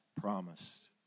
promised